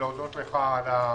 אני רוצה להודות לך על האכפתיות,